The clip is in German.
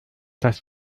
das